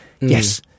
Yes